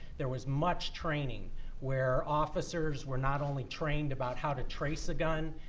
there was much training where officers were not only trained about how to trace a gun,